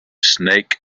snake